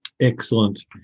Excellent